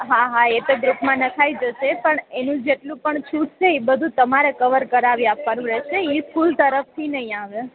હા હા એતો ગ્રુપમાં નખાઈ જશે પણ એનું જેટલું પણ છૂટશે એ બધું તમારે કવર કરાવી આપવાનું રહેશે એ સ્કૂલ તરફથી નહીં આવે